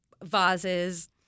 Vases